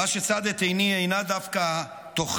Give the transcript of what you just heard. מה שצד את עיני אינו דווקא תוכנה,